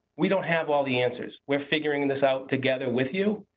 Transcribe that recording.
we don't have all the answers, we're figuring this out together, with you.